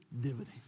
dividends